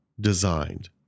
designed